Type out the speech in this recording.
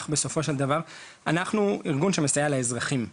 אנחנו באמת צריכים ללכת כמה שיותר לטובת האזרח ברגעים הקשים שלו.